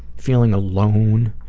feeling alone,